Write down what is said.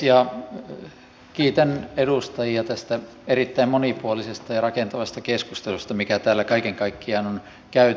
ja kiitän edustajia tästä erittäin monipuolisesta ja rakentavasta keskustelusta mikä täällä kaiken kaikkiaan on käyty